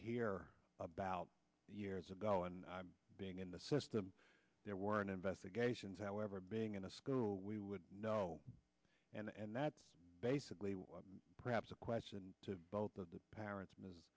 hear about it years ago and i'm being in the system there weren't investigations however being in a school we would know and that's basically perhaps a question to both of the parents ms